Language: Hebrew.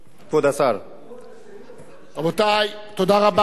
כבוד השר, רבותי, תודה רבה.